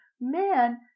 Man